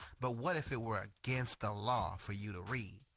but what if it were against the law for you to read?